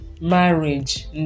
marriage